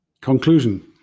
Conclusion